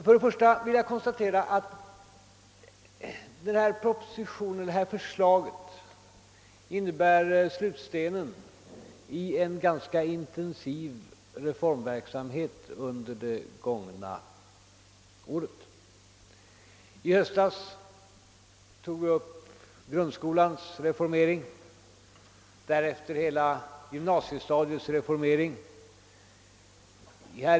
Först och främst vill jag konstatera att propositionsförslaget innebär slutstenen i en ganska intensiv reformverksamhet under det gångna året. I höstas tog vi upp grundskolans reformering och därefter hela gymnasiestadiets reformering.